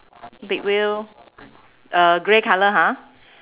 big wheel uh grey colour ha